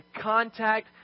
contact